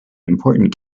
important